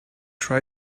try